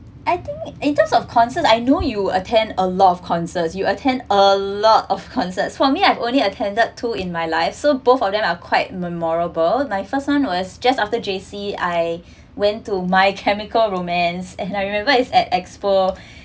I think in terms of concert I know you attend a lot of concerts you attend a lot of concerts for me I've only attended two in my life so both of them are quite memorable my first one was just after J_C I went to my chemical romance and I remember is at expo